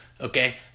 okay